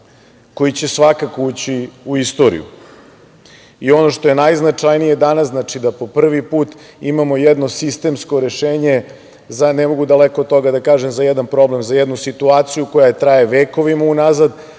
koji će svakako ući u istoriju. Ono što je najznačajnije danas jeste da po prvi put imamo jedno sistemsko rešenje, ne mogu, daleko od toga, da kažem za jedan problem, za jednu situaciju koja traje vekovima unazad,